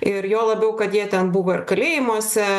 ir juo labiau kad jie ten buvo ir kalėjimuose